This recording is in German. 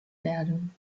werden